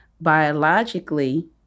biologically